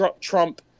Trump